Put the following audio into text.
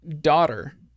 daughter